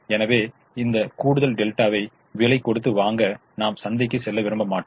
எனவே அந்த கூடுதல் டெல்டாவை விலை கொடுத்து வாங்க நாம் சந்தைக்கு செல்ல விரும்ப மாட்டோம்